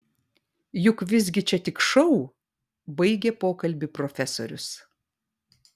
juk visgi čia tik šou baigė pokalbį profesorius